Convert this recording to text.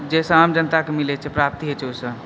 जाहिसँ आम जनताकऽ मिलय छै प्राप्ति होइत छै ओहिसँ